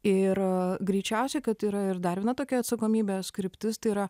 ir greičiausiai kad yra ir dar viena tokia atsakomybės kryptis tai yra